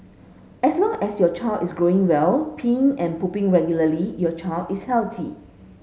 as long as your child is growing well peeing and pooing regularly your child is healthy